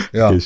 ja